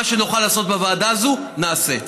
מה שנוכל לעשות בוועדה הזאת, נעשה.